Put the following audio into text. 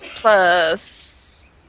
Plus